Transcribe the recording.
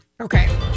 Okay